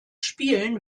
spielen